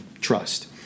trust